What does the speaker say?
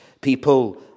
People